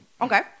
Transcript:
Okay